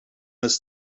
ist